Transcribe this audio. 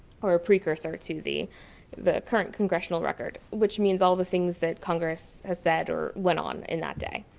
or precursor to the the current congressional record, which means all of the things that congress has said or went on in that day.